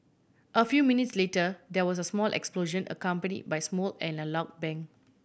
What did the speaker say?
a few minutes later there was a small explosion accompany by smoke and a loud bang